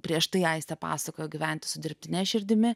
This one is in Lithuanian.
prieš tai aistė pasakojo gyventi su dirbtine širdimi